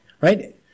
Right